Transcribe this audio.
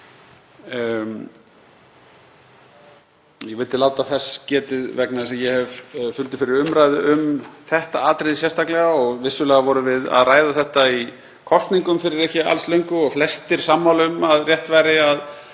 Ég vildi láta þess getið, vegna þess að ég hef fundið fyrir umræðu um þetta atriði sérstaklega og vissulega vorum við að ræða þetta í kosningum fyrir ekki alls löngu og flestir sammála um að rétt væri að